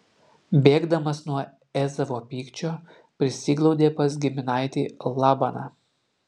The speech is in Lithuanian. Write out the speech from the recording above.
bėgdamas nuo ezavo pykčio prisiglaudė pas giminaitį labaną